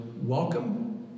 welcome